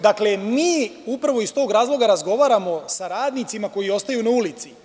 Dakle, mi upravo iz tog razloga razgovaramo sa radnicima koji ostaju na ulici.